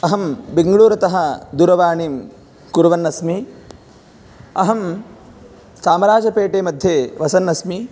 अहं बेङ्ग्लूरुतः दूरवाणीं कुर्वन्नस्मि अहं चामराजपेटेमध्ये वसन्नस्मि